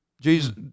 Jesus